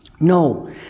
no